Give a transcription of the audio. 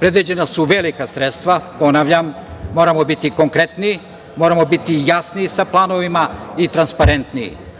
Predviđena su velika sredstva, ponavljam. Moramo biti konkretniji, moramo biti jasniji sa planovima i transparentniji.